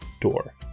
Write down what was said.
door